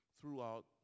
throughout